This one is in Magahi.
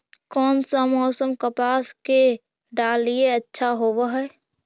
कोन सा मोसम कपास के डालीय अच्छा होबहय?